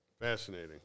Fascinating